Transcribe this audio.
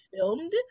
filmed